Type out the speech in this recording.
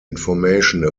information